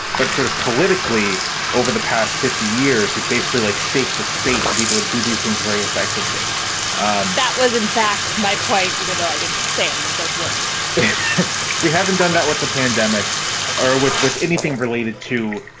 but sort of politically over the past fifty years, if you've basically, like, shaped the state, the people that do these things very effectively that was in fact my point, even though i didn't say any of those words we haven't done that with the pandemic or with with anything related to,